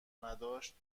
نداشتن